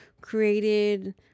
created